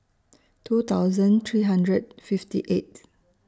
two thousand three hundred fifty eighth